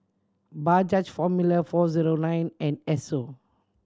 Bajaj Formula Four Zero Nine and Esso